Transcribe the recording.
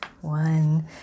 One